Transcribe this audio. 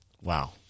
Wow